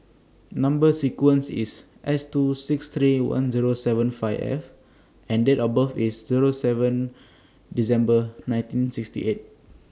Number sequence IS S two six three one Zero seven five F and Date of birth IS Zero seven December nineteen sixty eight